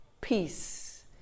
peace